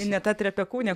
ineta trepekūnė